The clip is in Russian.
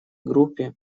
группе